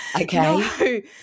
Okay